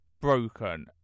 broken